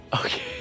Okay